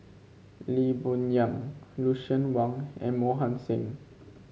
Lee Boon Yang Lucien Wang and Mohan Singh